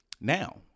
Now